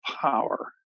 power